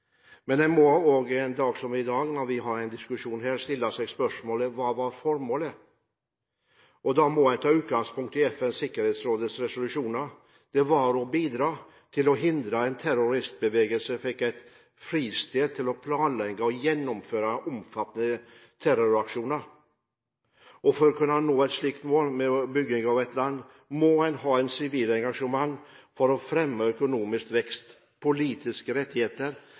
Men en må også på en dag som i dag, når vi har en diskusjon her, stille seg spørsmålet: Hva var formålet? Da må en ta utgangspunkt i FNs sikkerhetsråds resolusjoner. Det var å bidra til å hindre at en terroristbevegelse fikk et fristed til å planlegge og gjennomføre omfattende terroraksjoner. For å kunne nå et slikt mål med bygging av et land, må en ha et sivilt engasjement for å fremme økonomisk vekst, politiske rettigheter,